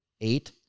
eight